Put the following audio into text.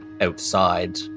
outside